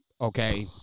okay